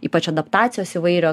ypač adaptacijos įvairios